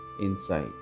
inside